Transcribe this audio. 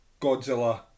Godzilla